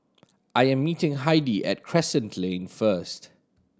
I am meeting Heidi at Crescent Lane first